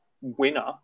winner